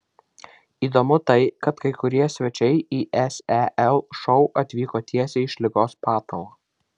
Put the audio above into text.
įdomu tai kad kai kurie svečiai į sel šou atvyko tiesiai iš ligos patalo